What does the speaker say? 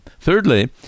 Thirdly